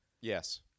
Yes